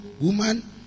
woman